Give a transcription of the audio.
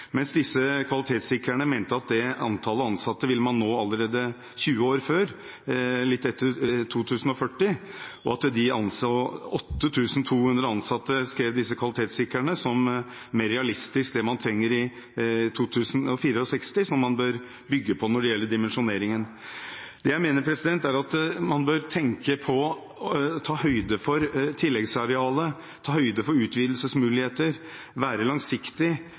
det antallet ansatte allerede 20 år før, litt etter 2040, og at de anså 8 200 ansatte som mer realistisk for det man trenger i 2064, og som er det man bør bygge på når det gjelder dimensjoneringen. Det jeg mener, er at man bør tenke på og ta høyde for tilleggsarealer, ta høyde for utvidelsesmuligheter, være langsiktig